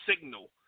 signal